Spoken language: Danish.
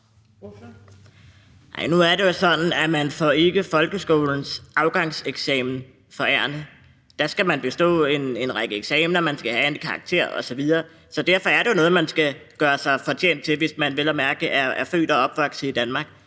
Nu er det jo sådan, at man ikke får folkeskolens afgangseksamen forærende. Der skal man bestå en række eksamener, man skal have en karakter osv., så derfor er det jo noget, man skal gøre sig fortjent til, hvis man vel at mærke er født og opvokset i Danmark.